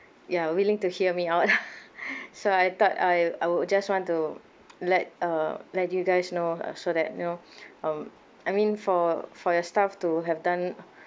ya willing to hear me out lah so I thought I I would just want to let uh let you guys know lah so that you know um I mean for for your staff to have done